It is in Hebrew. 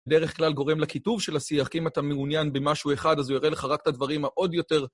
בדרך כלל גורם לקיטוב של השיח, אם אתה מעוניין במשהו אחד אז הוא יראה לך רק את הדברים העוד יותר...